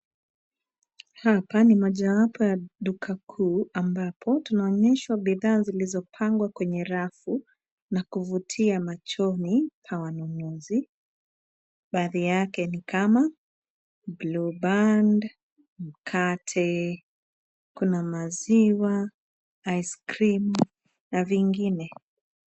Hapa ni moja wapo ya duka kuu, ambapo tunaonyeshwa bidhaa zilizopangwa kwenye rafu na kuvutia machoni kwa wanunuzi, baadhi yake ni kama, blueband, mkate, kuna maziwa, icecream na vingine.